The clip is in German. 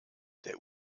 der